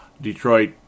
Detroit